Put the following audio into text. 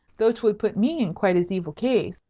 though twould put me in quite as evil case.